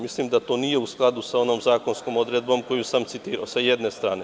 Mislim da to nije u skladu sa onom zakonskom odredbom koju sam citira, sa jedne strane.